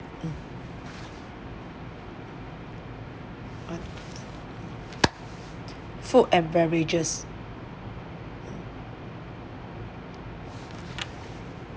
food and beverages